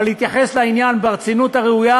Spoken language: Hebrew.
אבל להתייחס לעניין ברצינות הראויה